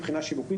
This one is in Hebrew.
מבחינת שיווק,